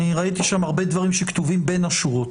אני ראיתי שם הרבה דברים שכתובים בין השורות.